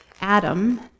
Adam